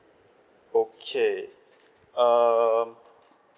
okay um